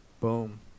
Boom